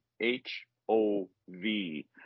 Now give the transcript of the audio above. H-O-V